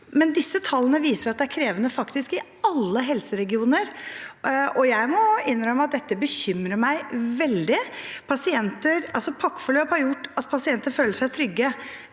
men disse tallene viser at det faktisk er krevende i alle helseregioner. Jeg må innrømme at dette bekymrer meg veldig. Pakkeforløp har gjort at pasientene føler seg trygge,